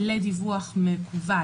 לדיווח מקוון,